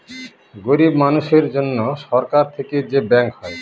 গরিব মানুষের জন্য সরকার থেকে যে ব্যাঙ্ক হয়